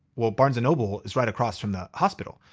well barnes and noble is right across from the hospital.